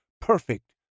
perfect